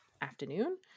afternoon